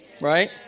right